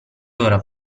ora